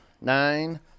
nine